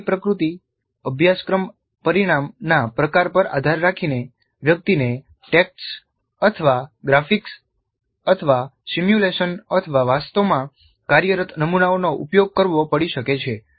સામગ્રીની પ્રકૃતિ અભ્યાસક્રમ પરિણામ ના પ્રકાર પર આધાર રાખીને વ્યક્તિને ટેક્સ્ટ અથવા ગ્રાફિક્સ અથવા સિમ્યુલેશન અથવા વાસ્તવમાં કાર્યરત નમૂનાઓનો ઉપયોગ કરવો પડી શકે છે